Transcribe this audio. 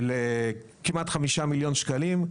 של כמעט חמישה מיליון שקלים.